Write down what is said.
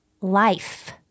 Life